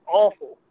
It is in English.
awful